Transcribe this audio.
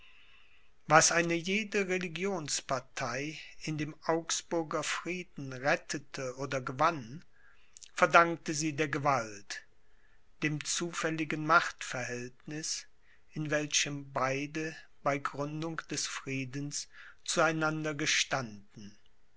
was eine jede religionspartei in dem augsburger frieden rettete oder gewann verdankte sie der gewalt dem zufälligen machtverhältniß in welchem beide bei gründung des friedens zu einander gestanden